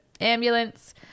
ambulance